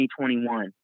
2021